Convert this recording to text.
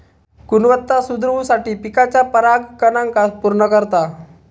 गुणवत्ता सुधरवुसाठी पिकाच्या परागकणांका पुर्ण करता